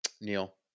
Neil